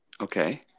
Okay